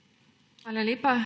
Hvala lepa.